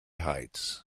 heights